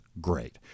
great